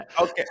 Okay